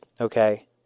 Okay